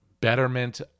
betterment